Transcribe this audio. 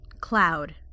cloud